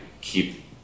keep